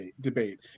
Debate